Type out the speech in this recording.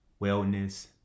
wellness